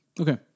Okay